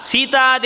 Sita